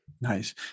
Nice